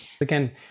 Again